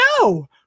no